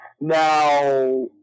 Now